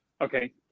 Okay